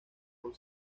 por